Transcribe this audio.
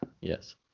Yes